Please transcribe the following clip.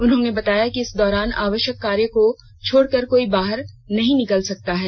उन्होंने बताया कि इस दौरान आवश्यक कार्य को छोड़कर कोई बाहर नहीं निकल सकता है